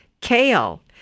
Kale